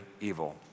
evil